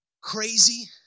crazy